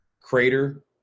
Crater